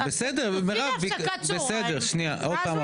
כשאומרים הכול